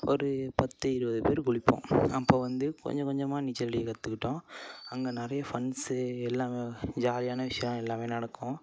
ஒரு பத்து இருபது பேரு குளிப்போம் அப்போது வந்து கொஞ்சம் கொஞ்சமாக நீச்சல் அடிக்க கற்றுக்கிட்டோம் அங்கே நிறைய ஃபன்ஸு எல்லாமே ஜாலியான விஷியம் எல்லாமே நடக்கும்